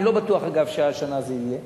אני לא בטוח, אגב, שהשנה זה יהיה